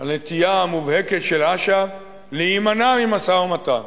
לנטייה המובהקת של אש"ף להימנע ממשא-ומתן,